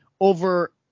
over